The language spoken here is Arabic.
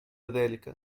ذلك